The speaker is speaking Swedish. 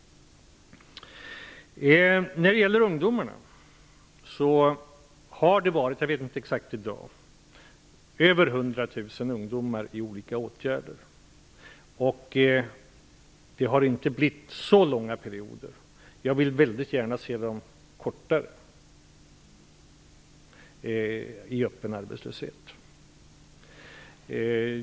Över 100 000 ungdomar har funnits i olika åtgärder. Jag vet inte exakt hur det är i dag. Det har inte rört sig om så långa perioder i öppen arbetslöshet. Jag vill väldigt gärna se att de blir ännu kortare.